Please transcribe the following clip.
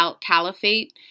Caliphate